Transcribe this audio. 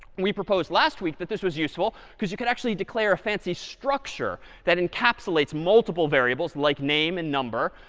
we proposed last week that this was useful because you could actually declare a fancy structure that encapsulates multiple variables, like name and number,